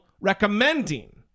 recommending